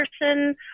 person